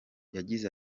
yagize